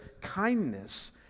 kindness